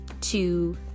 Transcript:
two